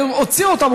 והוציאו אותם,